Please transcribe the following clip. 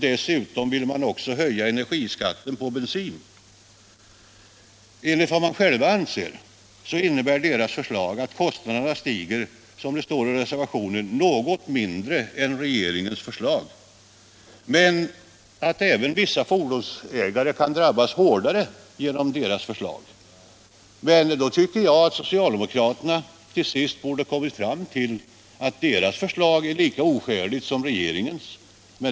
Dessutom vill de höja energiskatten på bensin. De anser att deras förslag innebär att kostnaderna för den vanlige bilisten stiger något mindre än enligt regeringens förslag men medger att vissa fordonsägare kan drabbas hårdare. Då tycker jag att socialdemokraterna borde ha kommit fram till att deras förslag är lika oskäligt som regeringens.